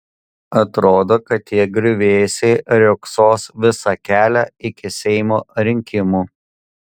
atrodo kad tie griuvėsiai riogsos visą kelią iki seimo rinkimų